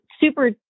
super